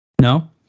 No